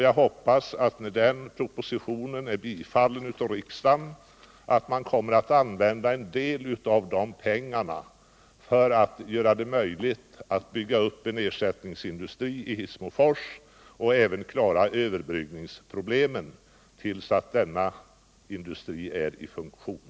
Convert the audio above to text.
Jag hoppas att man när den propositionen har bifallits av riksdagen kommer att använda en del av de pengarna för att göra det möjligt att bygga upp en ersättningsindustri i Hissmofors och även till att klara överbryggningsproblemen tills denna industri är i funktion.